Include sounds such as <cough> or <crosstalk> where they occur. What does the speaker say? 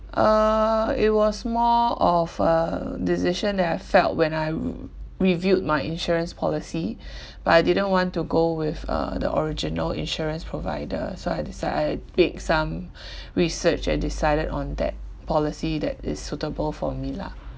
uh it was more of a decision that I felt when I re~ reviewed my insurance policy <breath> but I didn't want to go with uh the original insurance provider so I decide I make some <breath> research and decided on that policy that is suitable for me lah